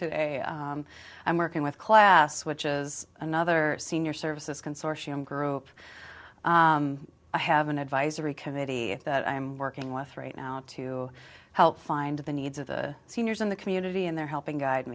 a i'm working with class which is another senior services consortium group i have an advisory committee that i'm working with right now to help find the needs of the seniors in the community and they're helping guid